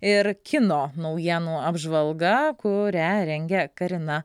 ir kino naujienų apžvalga kurią rengia karina